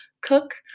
cook